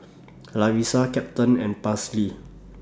Larissa Captain and Paisley